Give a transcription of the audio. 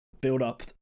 build-up